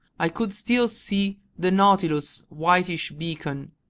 i could still see the nautilus's whitish beacon,